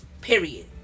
Period